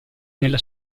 nella